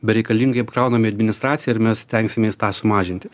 bereikalingai apkraunami administracija ir mes stengsimės tą sumažinti